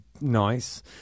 nice